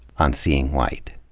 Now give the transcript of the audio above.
on seeing white.